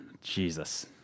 Jesus